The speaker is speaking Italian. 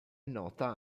nota